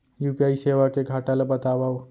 UPI सेवा के घाटा ल बतावव?